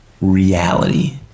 reality